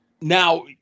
now